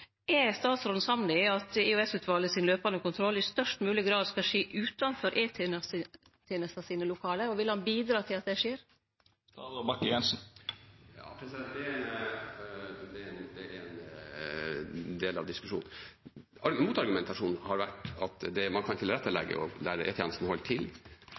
Er statsråden samd i at EOS-utvalets løpande kontroll i størst mogleg grad skal skje utanfor lokala til E-tenesta? Og vil han bidra til at det skjer? Det er en del av diskusjonen. Motargumentasjonen har vært at man kan tilrettelegge også der E-tjenesten holder til.